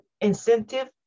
incentive